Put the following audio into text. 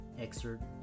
excerpt